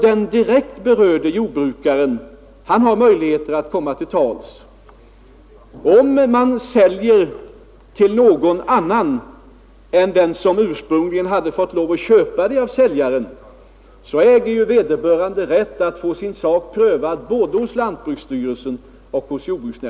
Den direkt berörde lantbrukaren har möjligheter att komma till tals. Om den som ursprungligen hade fått lov av säljaren att köpa inte får förvärvstillstånd av lantbruksnämnden, äger han rätt att få sin sak prövad hos lantbruksstyrelsen.